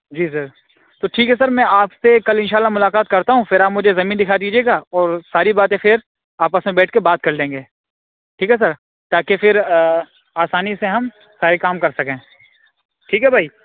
جی sir تو ٹھیک ہے سر میں آپ سے کل ان شاء اللہ ملاقات کرتا ہوں پھر آپ مجھے زمین دکھا دیجیے گا اور ساری باتیں پھر آپس میں بیٹھ کے بات کر لیں گے ٹھیک ہے سر تاکہ پھر آسانی سے ہم سارے کام کر سکیں ٹھیک ہے بھائی